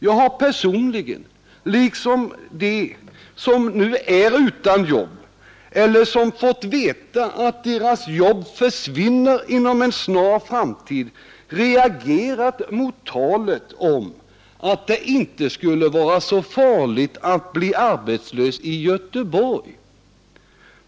Jag har personligen, liksom de som nu är utan jobb eller som fått veta att deras jobb försvinner inom en snar framtid, reagerat mot talet om att det inte skulle vara så farligt att bli arbetslös i Göteborg.